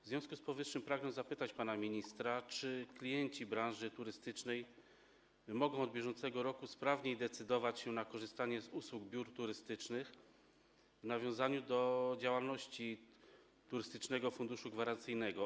W związku z powyższym pragnę zapytać pana ministra: Czy klienci branży turystycznej mogą od bieżącego roku sprawniej decydować się na korzystanie z usług biur turystycznych w nawiązaniu do działalności Turystycznego Funduszu Gwarancyjnego?